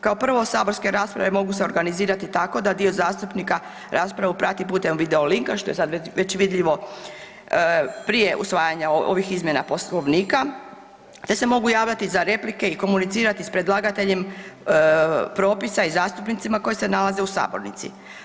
Kao prvo saborske rasprave mogu se organizirati tako da dio zastupnika raspravu prati putem video linka što je sad već vidljivo prije usvajanja ovih izmjena Poslovnika te se mogu javljati za replike i komunicirati s predlagateljem propisa i zastupnicima koji se nalaze u sabornici.